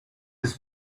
his